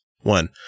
one